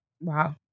Wow